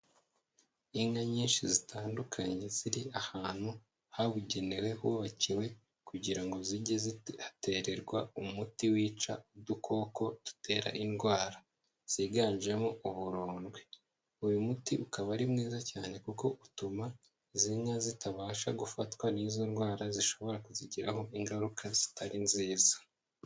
Inka nyinshi zitandukanye ziri ahantu habugenewe hubakiwe kugira ngo zijye zihatererwa umuti wica udukoko dutera indwara ziganjemo uburondwe. Uyu muti ukaba ari mwiza cyane kuko utuma izi inka zitabasha gufatwa n'izo ndwara zishobora kuzigiraho ingaruka zitari nziza.